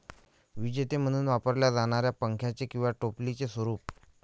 विजेते म्हणून वापरल्या जाणाऱ्या पंख्याचे किंवा टोपलीचे स्वरूप